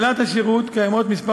תחילת שירות, קיימות כמה תוכניות: